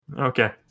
Okay